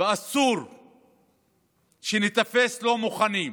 ואסור שניתפס לא מוכנים.